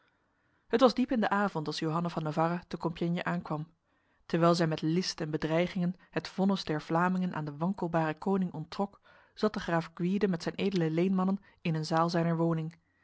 het was diep in de avond als johanna van navarra te compiègne aankwam terwijl zij met list en bedreigingen het vonnis der vlamingen aan de wankelbare koning onttrok zat de graaf gwyde met zijn edele leenmannen in een zaal zijner woning